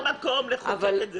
זה המקום לחוקק את זה.